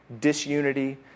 disunity